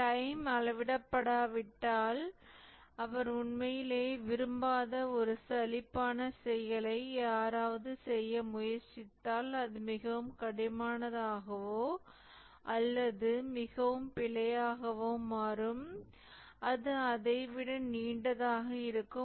time அளவிடப்படாவிட்டால் அவர் உண்மையிலேயே விரும்பாத ஒரு சலிப்பான செயலை யாராவது செய்ய முயற்சித்தால் அது மிகவும் கடினமானதாகவோ அல்லது மிகவும் பிழையாகவோ மாறும் அது அதை விட நீண்டதாக இருக்கும்